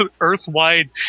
Earth-wide